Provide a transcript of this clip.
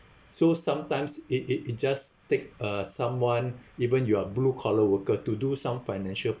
so sometimes it it it just take uh someone even you are blue collar worker to do some financial